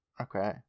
okay